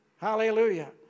Hallelujah